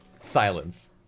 Silence